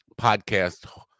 podcast